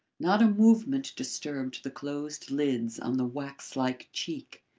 not a movement disturbed the closed lids on the wax-like cheek.